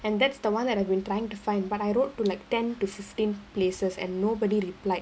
and that's the one that I have been trying to find but I wrote to like ten to fifteen places and nobody replied